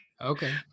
okay